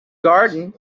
garden